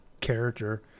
character